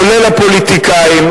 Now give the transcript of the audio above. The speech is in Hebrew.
כולל הפוליטיקאים,